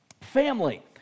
family